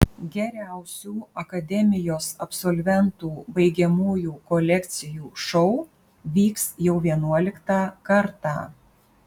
geriausių akademijos absolventų baigiamųjų kolekcijų šou vyks jau vienuoliktą kartą